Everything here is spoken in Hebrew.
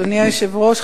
אדוני היושב-ראש,